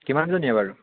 কিমানজনীয়ে বাৰু